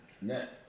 next